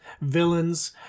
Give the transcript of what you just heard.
villains